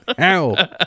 ow